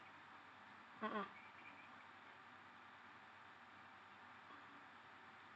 mmhmm